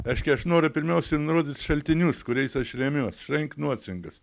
reiškia aš noriu pirmiausiai nurodyt šaltinius kuriais aš remiuos šrenknocingas